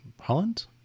Holland